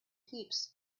heaps